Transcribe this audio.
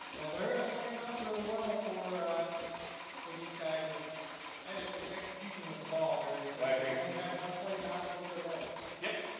well, they're starting off really well for for these guys with an execution with the ball there. i agree only had one play not go their way yep,